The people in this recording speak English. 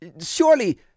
Surely